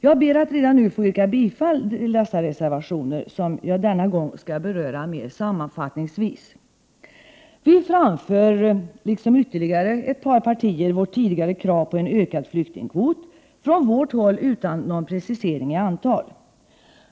Jag ber att redan nu få yrka bifall till dessa reservationer, som jag denna gång skall beröra mera sammanfattningsvis. Vi framför — liksom ytterligare ett par partier — vårt tidigare krav på en ökad flyktingkvot, från vårt håll utan någon precisering i antal.